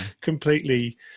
completely